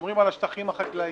ששומרים על השטחים החקלאיים,